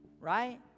right